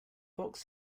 fox